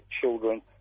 children